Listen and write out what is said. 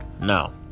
no